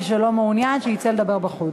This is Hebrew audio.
מי שלא מעוניין, שיצא לדבר בחוץ.